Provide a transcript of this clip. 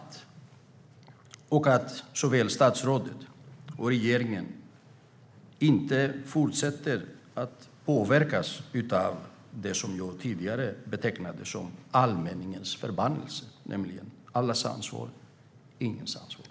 Det kommer att göra att såväl statsrådet som regeringen inte kommer att påverkas av det som jag tidigare betecknade som allmänningens förbannelse: Allas ansvar är ingens ansvar.